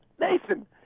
Nathan